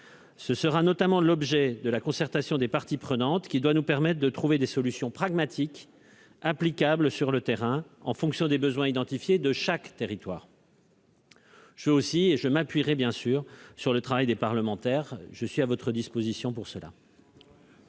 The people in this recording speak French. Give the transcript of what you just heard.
Tel sera l'objet de la concertation des parties prenantes, qui doit nous permettre de trouver des solutions pragmatiques, applicables sur le terrain, en fonction des besoins identifiés de chaque territoire. Je m'appuierai également sur le travail des parlementaires. La parole est à Mme